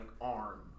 arm